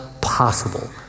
possible